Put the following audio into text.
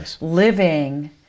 living